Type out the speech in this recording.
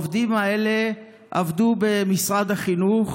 העובדים האלה עבדו במשרד החינוך,